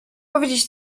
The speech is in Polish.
powiedzieć